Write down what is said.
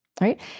Right